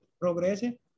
progrese